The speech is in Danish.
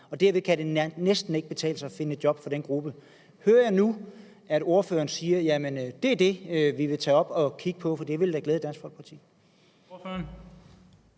Så det kan næsten ikke betale sig for den gruppe at finde et job. Hører jeg nu, at ordføreren siger, at det vil man tage op og kigge på, for det ville da glæde Dansk Folkeparti?